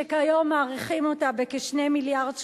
שכיום מעריכים אותה בכ-2 מיליארד שקלים,